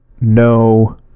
no